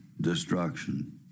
destruction